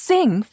Sing